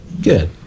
Good